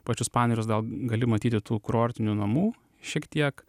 pačius panerius dar gali matyti tų kurortinių namų šiek tiek